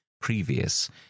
previous